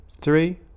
three